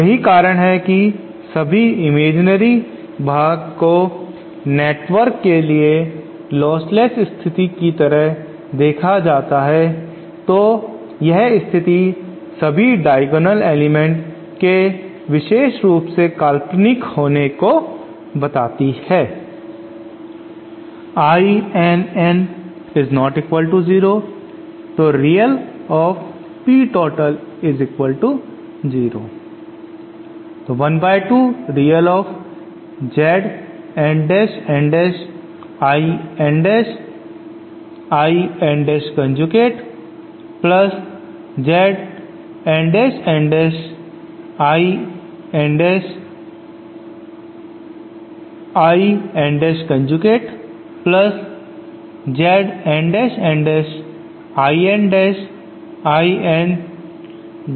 यही कारण है कि सभी इमेजिनरी काल्पनिक भाग को नेटवर्क के लिए लोस्टलेस स्थिति की तरह देखा जाता है तो यह स्थिति सभी डायगोनाल एलीमेंट के विशेष रूप से काल्पनिक होने को बताती है